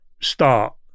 start